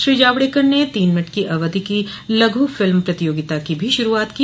श्री जावड़ेकर ने तीन मिनट की अवधि की लघु फिल्म प्रतियोगिता की भी शुरूआत की